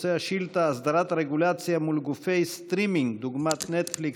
נושא השאילתה: הסדרת הרגולציה מול גופי סטרימינג דוגמת נטפליקס,